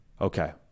okay